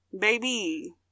Baby